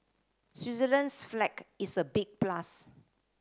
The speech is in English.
Switzerland's flag is a big plus